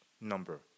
number